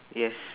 yes